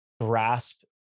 grasp